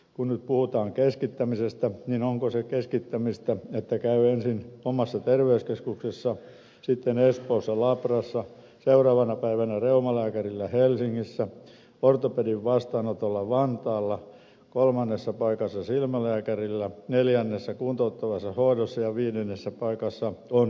kun nyt puhutaan keskittämisestä niin onko se keskittämistä että käy ensin omassa terveyskeskuksessa sitten espoossa labrassa seuraavana päivänä reumalääkärillä helsingissä ortopedin vastaanotolla vantaalla kolmannessa paikassa silmälääkärillä neljännessä kuntouttavassa hoidossa ja viidennessä paikassa on laitoskuntoutusjaksot